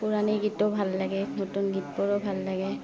পুৰণি গীতো ভাল লাগে নতুন গীতবোৰো ভাল লাগে